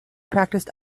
practiced